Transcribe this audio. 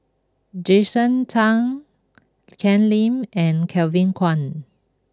Jason Chan Ken Lim and Kevin Kwan